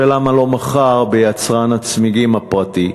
למה לא מחר ביצרן הצמיגים הפרטי?